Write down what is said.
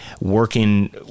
Working